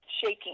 shaking